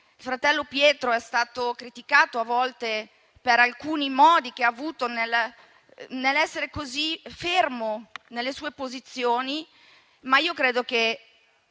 Il fratello Pietro è stato criticato, a volte, per alcuni modi che ha avuto nell'essere così fermo nelle sue posizioni. Ma io credo che